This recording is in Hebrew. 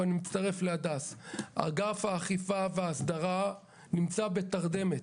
ואני מצטרף למה שאמרה הדס תגרי: אגף האכיפה וההסדרה נמצא בתרדמת,